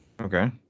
Okay